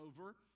over